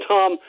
Tom